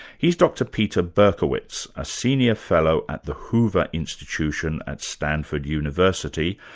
he's dr peter berkowitz, a senior fellow at the hoover institution at stanford university,